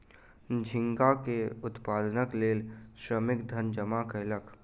झींगा के उत्पादनक लेल श्रमिक धन जमा कयलक